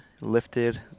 lifted